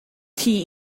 tea